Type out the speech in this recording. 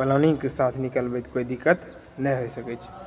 प्लानिंगके साथ निकलबै तऽ कोइ दिक्कत नहि होइ सकैत छै